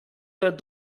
der